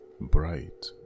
Bright